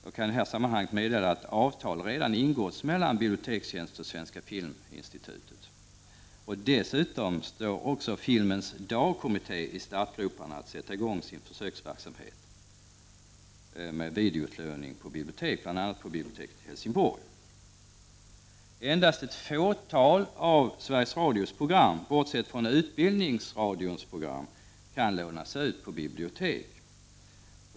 Jag kan i detta sammanhang meddela att avtal redan har ingåtts mellan Bibliotekstjänst och Svenska filminstitutet. Dessutom står också Filmens dagkommitté i startgroparna för att sätta i gång sin försöksverksamhet med videoutlåning på bibliotek, bl.a. på biblioteket i Helsingborg. Endast ett fåtal av Sverige Radios program, bortsett från utbildningsradions program, kan lånas ut på bibliotek.